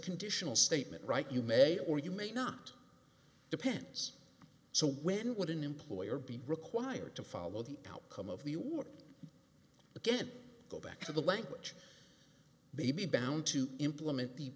conditional statement right you may or you may not depends so when would an employer be required to follow the outcome of the or again go back to the language baby bound to implement the